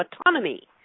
autonomy